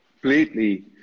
completely